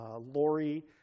Lori